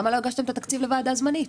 למה לא הגשתם את התקציב לוועדה הזמנית?